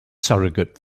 surrogate